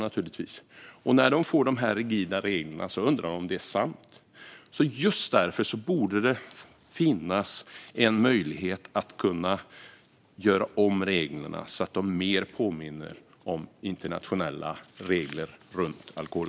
När de får höra om dessa rigida regler undrar de om det är sant. Just därför borde det finnas en möjlighet att göra om reglerna så att de mer påminner om internationella regler om alkohol.